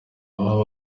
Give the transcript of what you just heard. abo